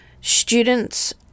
students